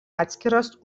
atskiras